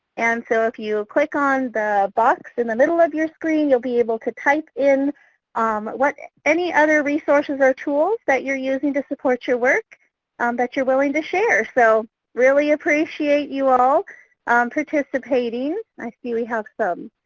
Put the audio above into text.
and so if you click on the box in the middle of your screen you'll be able to type in um what any other resources or tools that you're using to support your work that you're willing to share. so really appreciate you all participating, i see we have some